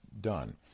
done